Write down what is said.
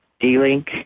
D-Link